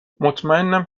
مطمئنم